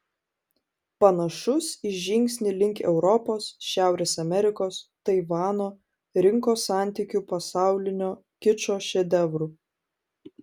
panašus į žingsnį link europos šiaurės amerikos taivano rinkos santykių pasaulinio kičo šedevrų